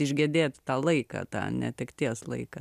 išgedėti tą laiką tą netekties laiką